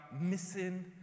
missing